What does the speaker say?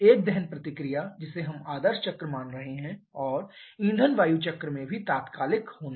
एक दहन प्रतिक्रिया जिसे हम आदर्श चक्र मान रहे हैं और ईंधन वायु चक्र में भी तात्कालिक होना